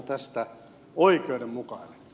ministeri henriksson